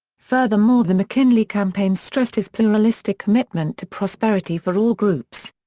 furthermore the mckinley campaign stressed his pluralistic commitment to prosperity for all groups.